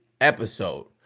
episode